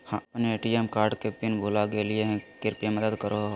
हम अप्पन ATM card के पिन भुला गेलिओ हे कृपया मदद कर हो